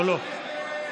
לא.